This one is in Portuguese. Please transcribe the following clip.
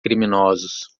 criminosos